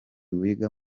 wiga